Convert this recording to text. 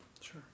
Sure